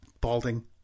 balding